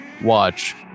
watch